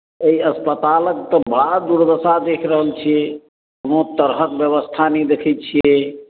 ओहि अस्पतालक तऽ बड़ा दुर्दशा देखि रहल छियै कोनो तरहक व्यवस्था नहि देखैत छियै